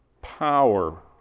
power